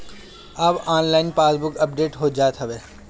अब online passbook update हो जात हवे